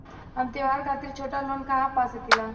हम त्योहार खातिर छोटा लोन कहा पा सकिला?